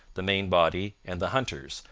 the main body, and the hunters,